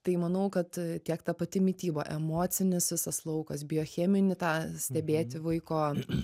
tai manau kad tiek ta pati mityba emocinis visas laukas biocheminį tą stebėti vaiko